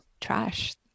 trash